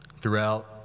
throughout